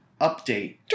update